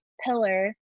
pillar